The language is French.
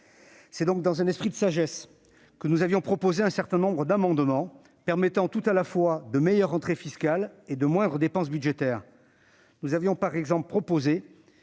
C'est donc dans un esprit de sagesse que nous avions déposé un certain nombre d'amendements visant tout à la fois à permettre de meilleures rentrées fiscales et de moindres dépenses budgétaires. Nous avions, par exemple, proposé